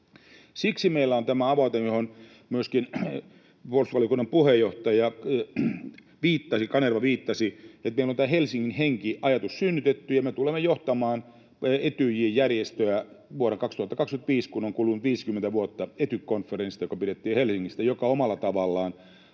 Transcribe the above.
Siksi meillä on tämä aloite, johon myöskin puolustusvaliokunnan puheenjohtaja Kanerva viittasi. Meillä on synnytetty tämä ”Helsingin henki” ‑ajatus, ja me tulemme johtamaan Etyj-järjestöä vuonna 2025, kun on kulunut 50 vuotta Etyk-konferenssista, joka pidettiin Helsingissä ja joka omalla tavallaan